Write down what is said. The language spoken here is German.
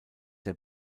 der